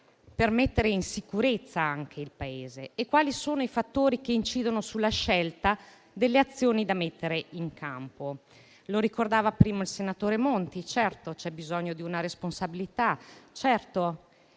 per mettere in sicurezza il Paese e ai fattori che incidono sulla scelta delle azioni da mettere in campo. Come ricordava il senatore Monti, certamente c'è bisogno di responsabilità e